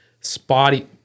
spotty